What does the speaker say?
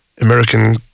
American